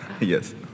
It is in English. Yes